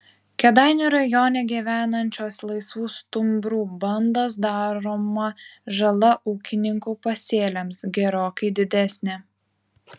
kėdainių rajone gyvenančios laisvų stumbrų bandos daroma žala ūkininkų pasėliams gerokai didesnė